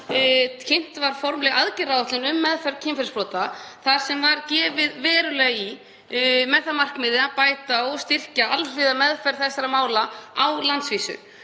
kynnt var formleg aðgerðaáætlun um meðferð kynferðisbrota þar sem var gefið verulega í með það að markmiði að bæta og styrkja alhliða meðferð slíkra mála á landsvísu.